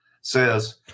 says